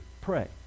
pray